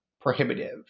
prohibitive